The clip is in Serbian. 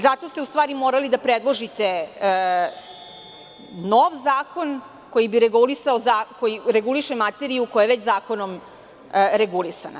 Zato ste u stvari morali da predložite nov zakon koji reguliše materiju koja je već zakonom regulisana.